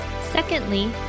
Secondly